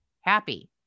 Happy